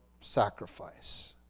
sacrifice